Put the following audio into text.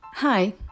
Hi